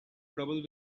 trouble